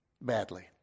badly